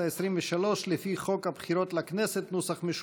העשרים-ושלוש לפי חוק הבחירות לכנסת ,